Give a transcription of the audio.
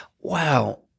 wow